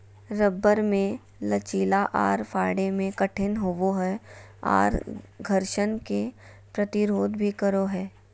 rubber मे लचीला आर फाड़े मे कठिन होवो हय आर घर्षण के प्रतिरोध भी करो हय